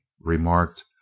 remarked